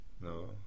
no